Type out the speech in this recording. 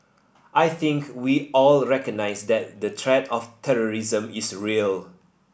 I think we all recognise that the threat of terrorism is real